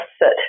sit